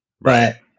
Right